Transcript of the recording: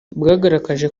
bwagaragaje